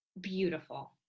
beautiful